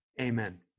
amen